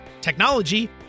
technology